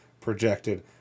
projected